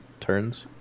turns